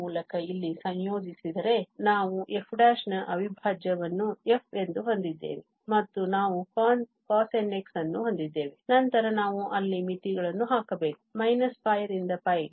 ಆದ್ದರಿಂದ ನಾವು f ನ ಅವಿಭಾಜ್ಯವನ್ನು f ಎಂದು ಹೊಂದಿದ್ದೇವೆ ಮತ್ತು ನಾವು cosnx ಅನ್ನು ಹೊಂದಿದ್ದೇವೆ ನಂತರ ನಾವು ಅಲ್ಲಿ ಮಿತಿಗಳನ್ನು ಹಾಕಬೇಕು - π ರಿಂದ π ಗೆ